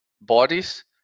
bodies